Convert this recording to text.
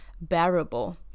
bearable